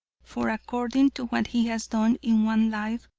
for, according to what he has done in one life,